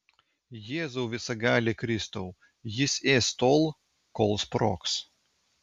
jėzau visagali kristau jis ės tol kol sprogs